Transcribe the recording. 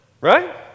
right